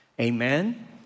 Amen